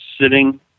sitting